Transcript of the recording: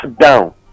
down